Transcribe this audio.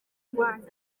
rwanda